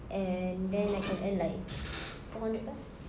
and then I can earn like four hundred plus